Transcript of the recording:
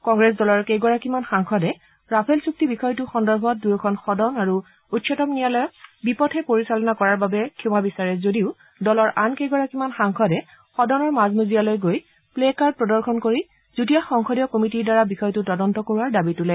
কংগ্ৰেছ দলৰ কেইগৰাকীমান সাংসদে ৰাফেল চূক্তি বিষয়টো সন্দৰ্ভত দুয়োখন সদন আৰু উচ্চতম ন্যায়ালয়ক বিপথে পৰিচালনা কৰাৰ বাবে ক্ষমা বিচাৰে যদিও দলৰ আন কেইগৰাকীমান সাংসদে সদনৰ মাজ মজিয়ালৈ গৈ প্লে কাৰ্ড প্ৰদৰ্শন কৰি যুটীয়া সংসদীয় কমিটীৰ দ্বাৰা বিষয়টো তদন্ত কৰোৱাৰ দাবী তোলে